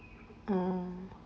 mm